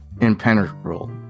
impenetrable